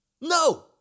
No